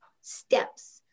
steps